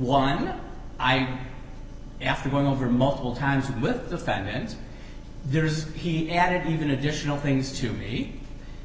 not i after going over multiple times with the fam and there's he added even additional things to me